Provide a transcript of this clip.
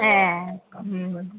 ꯑꯦ ꯎꯝ